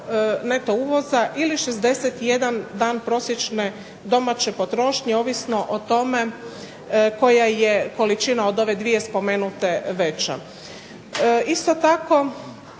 neto uvoza ili 61 dan prosječne domaće potrošnje ovisno o tome koja je količina od ove dvije spomenute veća. Isto tako